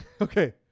Okay